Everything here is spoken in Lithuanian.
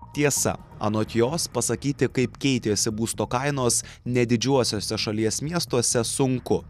tiesa anot jos pasakyti kaip keitėsi būsto kainos ne didžiuosiuose šalies miestuose sunku